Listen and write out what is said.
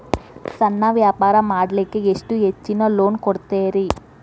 ಸಣ್ಣ ವ್ಯಾಪಾರ ಮಾಡ್ಲಿಕ್ಕೆ ಎಷ್ಟು ಹೆಚ್ಚಿಗಿ ಲೋನ್ ಕೊಡುತ್ತೇರಿ?